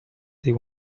they